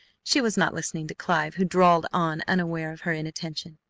she was not listening to clive, who drawled on unaware of her inattention.